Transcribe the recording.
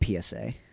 PSA